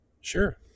Sure